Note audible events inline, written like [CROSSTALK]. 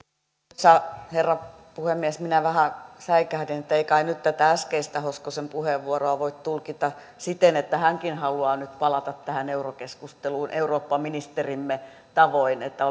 arvoisa herra puhemies minä vähän säikähdin että ei kai nyt tätä äskeistä hoskosen puheenvuoroa voi tulkita siten että hänkin haluaa nyt palata tähän eurokeskusteluun eurooppaministerimme tavoin että [UNINTELLIGIBLE]